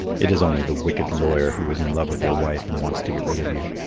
it is only the wicked lawyer who is in love with your wife and wants to get rid of you.